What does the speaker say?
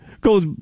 goes